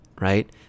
right